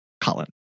Colin